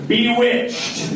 Bewitched